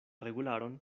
regularon